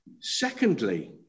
secondly